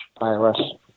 IRS